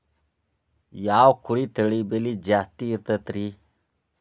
ಯಾವ ಕುರಿ ತಳಿ ಬೆಲೆ ಜಾಸ್ತಿ ಇರತೈತ್ರಿ?